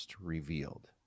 revealed